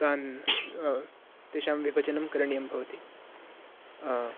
तान् तेषां विभचनं करणीयं भवति